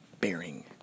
Bearing